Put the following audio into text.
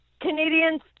canadians